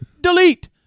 Delete